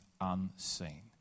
unseen